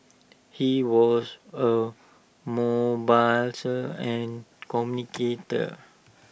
he was A mobiliser and communicator